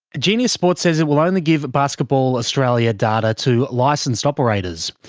genius sports says it will only give basketball australia data to licensed operators.